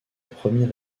premier